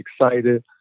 excited